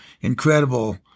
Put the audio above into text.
incredible